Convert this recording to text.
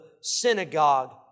synagogue